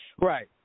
Right